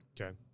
Okay